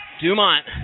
Dumont